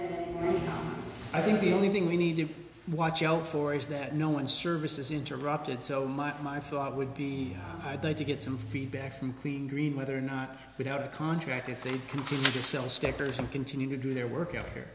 i i think the only thing we need to watch out for is that no one service is interrupted so much my flight would be i'd like to get some feedback from clean green whether or not without a contract if they continue to sell stickers and continue to do their work out here